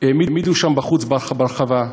העמידו שם בחוץ ברחבה,